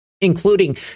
including